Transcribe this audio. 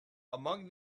among